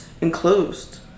enclosed